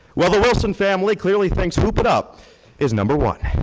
well, the wilson family clearly thinks hoop it up is number one.